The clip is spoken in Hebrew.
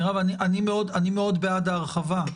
מירב, אני מאוד בעד ההרחבה.